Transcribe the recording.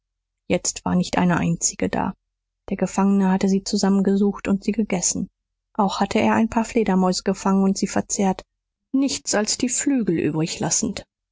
jetzt war nicht eine einzige da der gefangene hatte sie zusammengesucht und sie gegessen auch hatte er ein paar fledermäuse gefangen und sie verzehrt nichts als die flügel übrig lassend